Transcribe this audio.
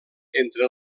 entre